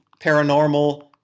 paranormal